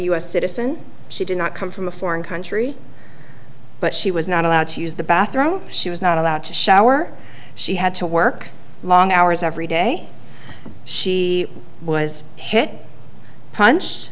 s citizen she did not come from a foreign country but she was not allowed to use the bathroom she was not allowed to shower she had to work long hours every day she was hit punch